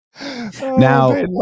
now